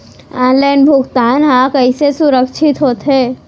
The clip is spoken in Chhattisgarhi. ऑनलाइन भुगतान हा कइसे सुरक्षित होथे?